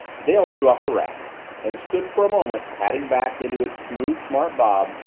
dale threw off her wrap and stood for a moment patting back into its smooth, smart bob,